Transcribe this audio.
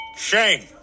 Shame